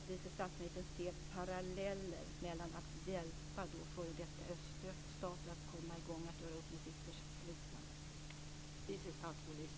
Ser vice statsministern paralleller med att hjälpa f.d. öststater att komma i gång att göra upp med sitt förflutna?